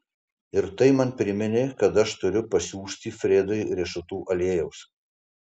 ir tai man priminė kad aš turiu pasiųsti fredui riešutų aliejaus